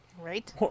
Right